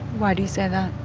why do you say that?